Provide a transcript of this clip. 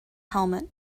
helmet